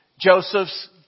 Joseph's